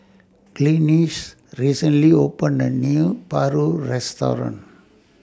Glynis recently opened A New Paru Restaurant